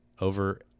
over